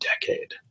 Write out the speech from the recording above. decade